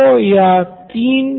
क्योंकि स्कूल अध्यापक ऐसा करते हैं